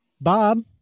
Bob